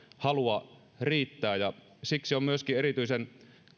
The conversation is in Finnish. halua riittää ja siksi on myöskin erityisen